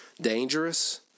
dangerous